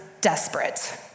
desperate